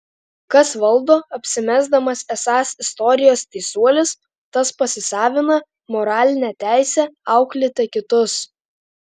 kas valdo apsimesdamas esąs istorijos teisuolis tas pasisavina moralinę teisę auklėti kitus